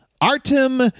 Artem